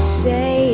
say